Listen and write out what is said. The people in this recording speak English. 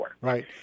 Right